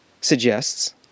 suggests